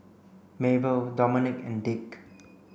Mabelle Domonique and Dick